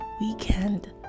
weekend